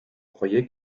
croyez